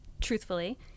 truthfully